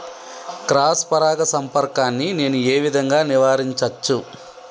Cross పరాగ సంపర్కాన్ని నేను ఏ విధంగా నివారించచ్చు?